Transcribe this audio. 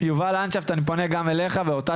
יובל לנדשפט, אני פונה גם אליך באותה